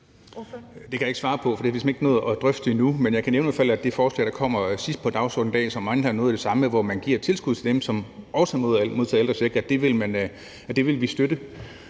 Det kan jeg ikke svare på, for det har vi simpelt hen ikke nået at drøfte endnu. Men jeg kan i hvert fald nævne det forslag, der kommer sidst på dagsordenen i dag, som omhandler noget af det samme, altså hvor man giver et tilskud til dem, som også modtager ældrecheck. Det vil vi støtte.